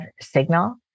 Signal